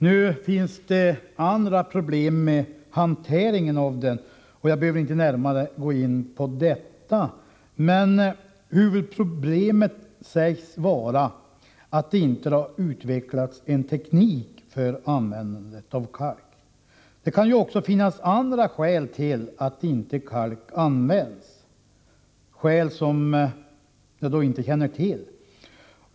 Nu finns det vissa problem med hanteringen av kalken. Jag behöver inte närmare gå in på detta, men huvudproblemet sägs vara att det inte har utvecklats en teknik för användande av kalk. Det kan också finnas andra skäl till att kalk inte används, skäl som jag inte känner till.